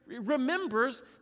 remembers